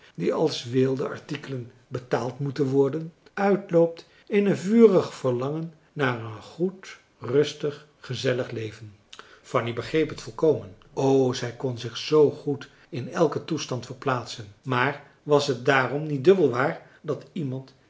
die als weelde artikelen betaald moeten worden uitloopt in een vurig verlangen naar een goed rustig gezellig leven fanny begreep het volkomen o zij kon zich zoo goed in elken toestand verplaatsen maar was het daarom niet dubbel waar dat iemand